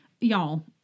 Y'all